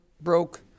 broke